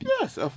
Yes